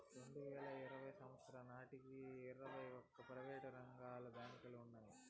రెండువేల ఇరవై సంవచ్చరం నాటికి ఇరవై ఒక్క ప్రైవేటు రంగ బ్యాంకులు ఉన్నాయి